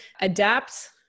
adapt